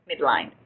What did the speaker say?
midline